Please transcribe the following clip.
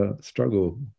struggle